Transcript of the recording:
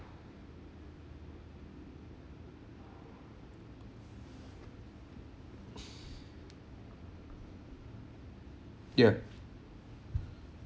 ya